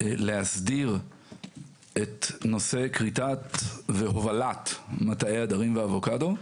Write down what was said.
להסדיר את נושא כריתת והובלת מטעי הדרים ואבוקדו,